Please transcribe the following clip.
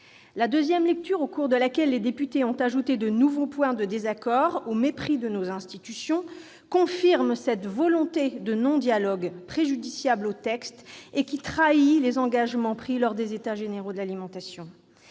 nationale, au cours de laquelle les députés ont ajouté de nouveaux points de désaccord, au mépris de nos institutions, a confirmé cette volonté de refuser le dialogue, volonté préjudiciable au texte et qui trahit les engagements pris lors des États généraux de l'alimentation.